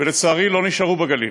ולצערי לא נשארו בגליל.